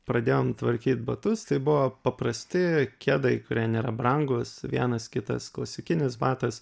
pradėjom tvarkyt batus tai buvo paprasti kedai kurie nėra brangūs vienas kitas klasikinis batas